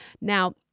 Now